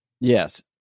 Yes